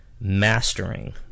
mastering